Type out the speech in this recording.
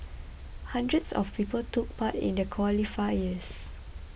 hundreds of people took part in the qualifiers